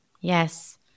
Yes